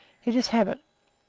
it is habit.